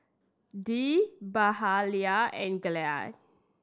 Dee Mahalia and Glynn